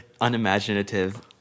unimaginative